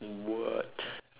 what